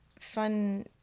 fun